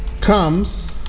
comes